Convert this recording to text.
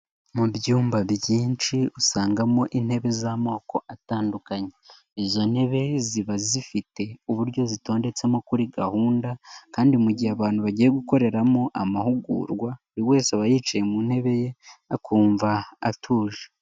Mu byumba byinshi usangamo intebe z'amoko atandukanye, izo ntebe ziba zifite uburyo zitondetsemo kuri gahunda, kandi mu gihe abantu bagiye gukoreramo amahugurwa buri wese aba yicaye mu ntebe ye akumva atuje.